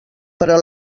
però